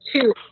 two